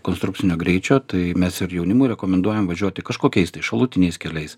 konstrukcinio greičio tai mes ir jaunimui rekomenduojam važiuoti kažkokiais tai šalutiniais keliais